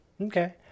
Okay